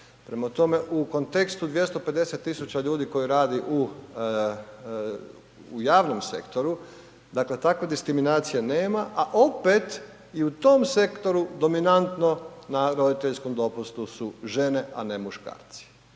Prema tome, u kontekstu 250 000 ljudi koji radi u javom sektoru, dakle takve diskriminacije nema a opet i u tom sektoru dominantno na roditeljskom dopustu su žene a ne muškarci.